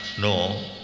no